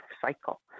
cycle